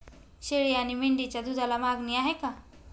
शेळी आणि मेंढीच्या दूधाला मागणी आहे का?